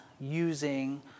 using